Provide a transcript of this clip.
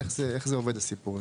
איך זה עובד הסיפור הזה?